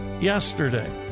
yesterday